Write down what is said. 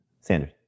Sanders